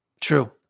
True